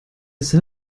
saß